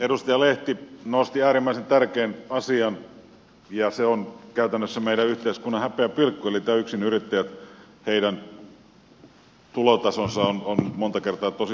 edustaja lehti nosti äärimmäisen tärkeän asian ja se on käytännössä meidän yhteiskuntamme häpeäpilkku eli yksinyrittäjien tulotaso on monta kertaa tosi surkea